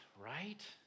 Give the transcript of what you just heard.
Right